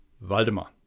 Waldemar